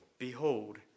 Behold